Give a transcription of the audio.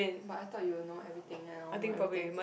but I thought you will know everything and I will know everything